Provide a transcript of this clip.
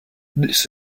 this